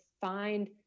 find